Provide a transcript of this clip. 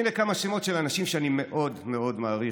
הינה כמה שמות של אנשים שאני מאוד מאוד מעריך